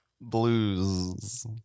blues